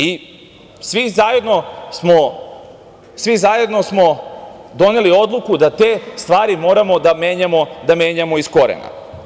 I svi zajedno smo doneli odluku da te stvari moramo da menjamo iz korena.